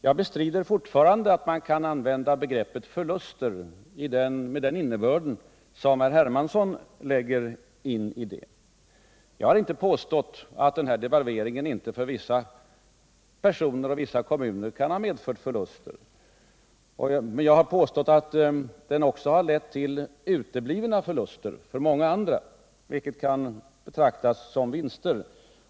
Jag bestrider fortfarande att man kan använda begreppet förluster med den innebörd som herr Hermansson lägger in i det. Jag har inte påstått att devalveringen inte för vissa personer och vissa kommuner kan ha medfört förluster, men jag har påstått att den också har lett till uteblivna förluster för många andra, vilket kan betraktas som vinster.